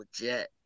legit